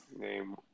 Name